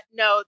no